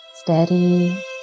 steady